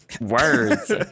words